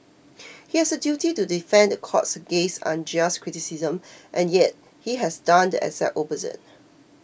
he has a duty to defend the courts against unjust criticism and yet he has done the exact opposite